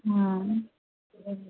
हँ